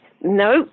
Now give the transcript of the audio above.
no